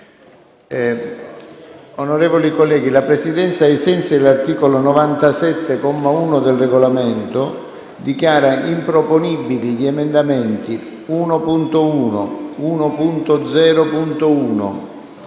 Onorevoli colleghi, la Presidenza, ai sensi dell'articolo 97, comma 1, del Regolamento, dichiara improponibili gli emendamenti 1.1, 1.0.1,